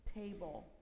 table